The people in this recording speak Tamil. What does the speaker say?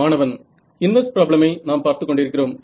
மாணவன் இன்வர்ஸ் பிராப்ளமை நாம் பார்த்துக் கொண்டிருக்கிறோம்